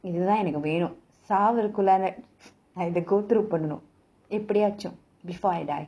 இது தான் எனக்கு வேணும் சாவுறதுக்குள்ளே நா இத:ithu thaan enakku venum saavurathukulla naa itha go through பண்ணனும் எப்டியாச்சும்:pannanum epdiyaachum before I die